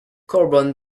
carbon